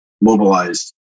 mobilized